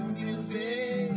music